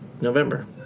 November